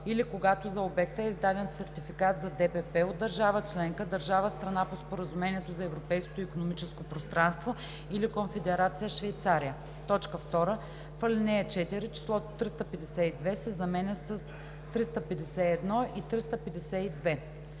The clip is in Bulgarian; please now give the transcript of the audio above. „или когато за обекта е издаден сертификат за ДПП от държава членка, държава – страна по Споразумението за Европейското икономическо пространство, или Конфедерация Швейцария“. 2. В ал. 4 числото „352“ се заменя с „351 и 352“.“